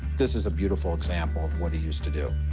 this is a beautiful example of what he used to do.